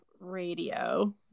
radio